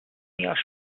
jahr